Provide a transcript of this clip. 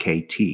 KT